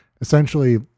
essentially